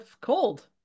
Cold